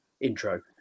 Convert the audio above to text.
intro